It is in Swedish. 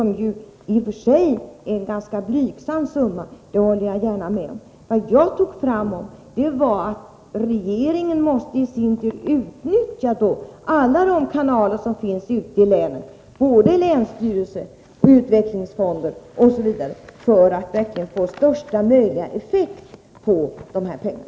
I och för sig är det en ganska blygsam summa — det håller jag gärna med om. Vad jag framhöll var att regeringen i sin tur måste utnyttja alla de kanaler som finns ute i länen — länsstyrelse, utvecklingsfonder osv. — för att verkligen få största möjliga effekt av dessa pengar.